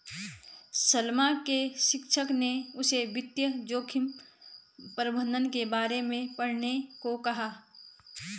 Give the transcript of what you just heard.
सलमा के शिक्षक ने उसे वित्तीय जोखिम प्रबंधन के बारे में पढ़ने को कहा